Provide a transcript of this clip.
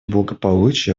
благополучие